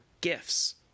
gifts